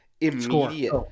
immediate